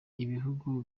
ibihugu